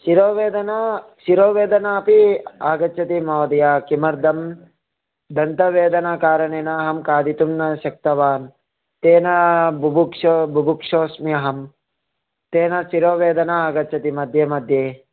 शिरोवेदना शिरोवेदना अपि आगच्छति महोदया किमर्थं दन्तवेदना कारणेन अहं खादितुं न शक्तवान् तेन बुभुक्षोस्मि अहं तेन शिरोवेदना आगच्छति मध्ये मध्ये